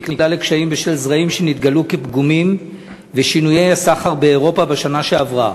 נקלע לקשיים בשל זרעים שנתגלו כפגומים ושינויי הסחר באירופה בשנה שעברה.